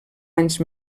anys